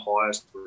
highest